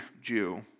Jew